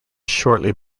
shortly